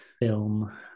film